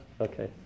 Okay